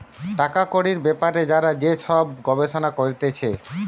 টাকা কড়ির বেপারে যারা যে সব গবেষণা করতিছে